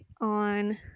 on